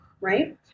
right